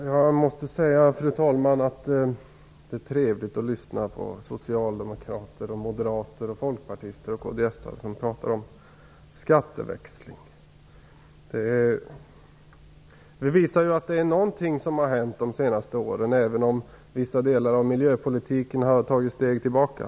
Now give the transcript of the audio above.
Fru talman! Jag måste säga att det är trevligt att lyssna på socialdemokrater, moderater, folkpartister och kds:are som pratar om skatteväxling. Det visar att någonting har hänt de senaste åren, även om vissa delar av miljöpolitiken har tagit steg tillbaka.